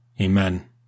Amen